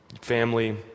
family